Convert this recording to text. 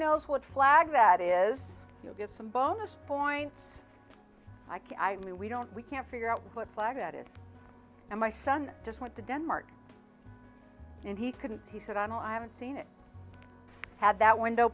knows what flag that is you'll get some bonus points i mean we don't we can't figure out what flag that is and my son just went to denmark and he couldn't he said i know i haven't seen it had that window